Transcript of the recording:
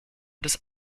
des